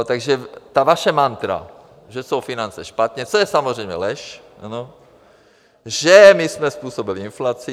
Takže ta vaše mantra, že jsou finance špatně, to je samozřejmě lež, že my jsme způsobili inflaci.